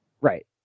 Right